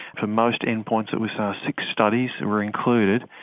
for most endpoints, it was ah six studies that were included,